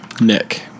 Nick